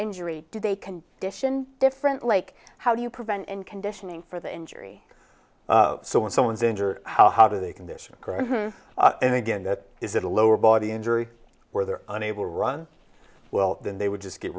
injury do they can dition different like how do you prevent in conditioning for the injury so when someone's injured how do they condition and again that is at a lower body injury where they're unable to run well then they would just get